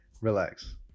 Relax